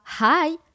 hi